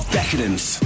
decadence